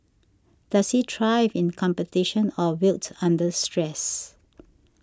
does he thrive in competition or wilt under stress